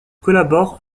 collabore